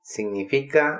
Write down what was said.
Significa